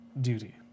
duty